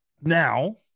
Now